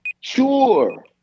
Sure